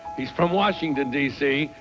he's from washington dc.